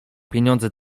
pieniądze